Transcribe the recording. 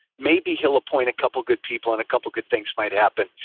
maybe he'll appoint a couple of good people in. a couple of good things might happen.